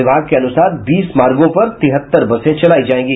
विभाग के अनुसार बीस मार्गों पर तिहत्तर बसें चलायी जायेंगी